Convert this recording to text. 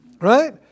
Right